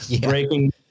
breaking